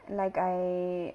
like I